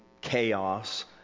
chaos